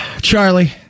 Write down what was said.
Charlie